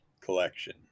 collection